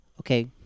okay